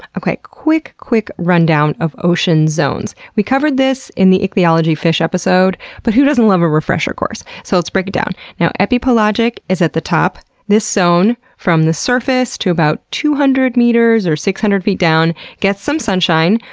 quick quick rundown of ocean zones. we covered this in the ichthyology episode, but who doesn't love a refresher course? so let's break it down you know epipelagic is at the top. this zone, from the surface to about two hundred meters or six hundred feet down, gets some sunshine,